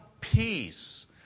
peace